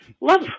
love